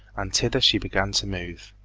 and thither she began to move.